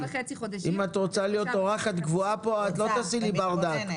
אם את רוצה להיות אורחת קבועה פה את לא תעשי לי ברדק.